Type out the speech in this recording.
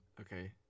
Okay